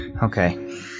Okay